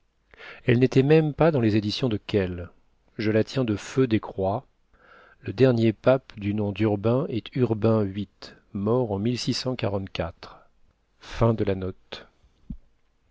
elle n'était même pas dans les éditions de kehl je la tiens de feu décrois le dernier pape du nom d'urbain est urbain viii mort en